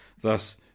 thus